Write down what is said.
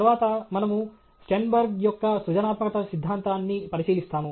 తర్వాత మనము స్టెర్న్బెర్గ్ యొక్క సృజనాత్మకత సిద్ధాంతాన్ని పరిశీలిస్తాము